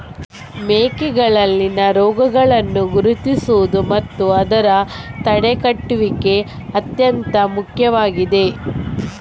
ಮೇಕೆಗಳಲ್ಲಿನ ರೋಗಗಳನ್ನು ಗುರುತಿಸುವುದು ಮತ್ತು ಅದರ ತಡೆಗಟ್ಟುವಿಕೆ ಅತ್ಯಂತ ಮುಖ್ಯವಾಗಿದೆ